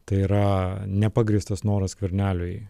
tai yra nepagrįstas noras skverneliui